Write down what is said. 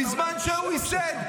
בזמן שהוא ייסד,